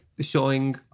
Showing